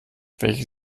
welches